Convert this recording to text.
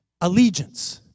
allegiance